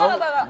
about?